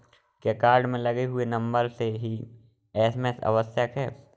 क्या कार्ड में लगे हुए नंबर से ही एस.एम.एस आवश्यक है?